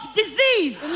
disease